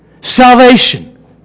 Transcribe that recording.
salvation